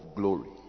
glory